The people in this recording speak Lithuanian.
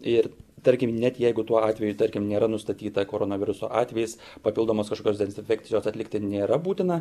ir tarkim net jeigu tuo atveju tarkim nėra nustatyta koronaviruso atvejis papildomos kažkokios dezinfekcijos atlikti nėra būtina